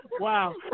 wow